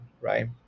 Right